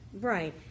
Right